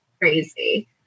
crazy